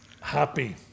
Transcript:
Happy